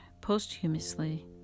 posthumously